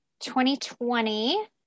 2020